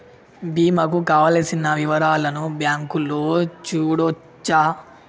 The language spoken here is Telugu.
బీమా కు కావలసిన వివరాలను బ్యాంకులో చూడొచ్చా?